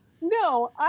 no